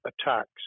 attacks